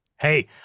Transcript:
Hey